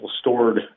stored